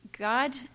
God